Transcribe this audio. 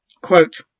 Quote